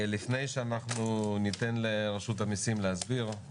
לפני שאנחנו ניתן לרשות המסים להסביר,